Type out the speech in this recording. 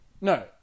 No